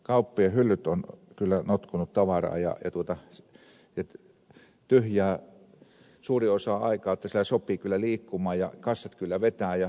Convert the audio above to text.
kauppojen hyllyt ovat kyllä notkuneet tavaraa ja tyhjää on suuri osa aikaa jotta siellä sopii kyllä liikkumaan ja kassat kyllä vetävät